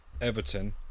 Everton